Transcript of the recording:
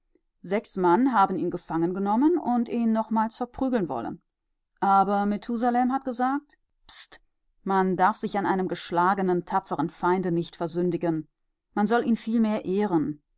sechs mann haben ihn gefangengenommen und ihn nochmals verprügeln wollen aber methusalem hat gesagt pst man darf sich an einem geschlagenen tapferen feinde nicht versündigen man soll ihn vielmehr ehren